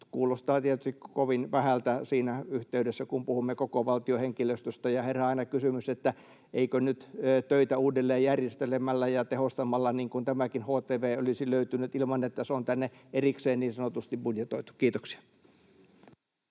kuulostaa tietysti kovin vähältä siinä yhteydessä, kun puhumme koko valtion henkilöstöstä ja herää aina kysymys, että eikö nyt töitä uudelleen järjestelemällä ja tehostamalla tämäkin htv olisi löytynyt ilman, että se on tänne erikseen niin sanotusti budjetoitu. — Kiitoksia.